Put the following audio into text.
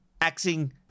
axing